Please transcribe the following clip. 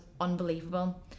unbelievable